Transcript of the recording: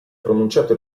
pronunciato